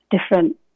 different